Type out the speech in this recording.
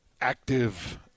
active